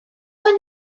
when